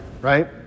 right